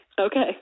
Okay